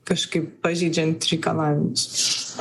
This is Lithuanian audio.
kažkaip pažeidžiant reikalavimus